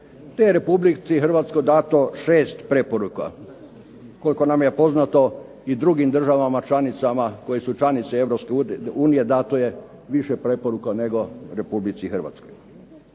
je Republici Hrvatskoj dato 6 preporuka. Koliko nam je poznato i drugim državama koje su članice Europske unije dato je više preporuka nego Republici Hrvatskoj.